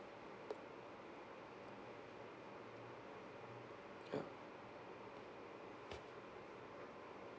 ya